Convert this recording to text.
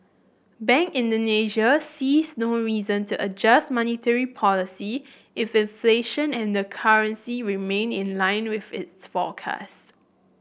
Bank Indonesia sees no reason to adjust monetary policy if inflation and the currency remain in line with its forecasts